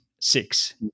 six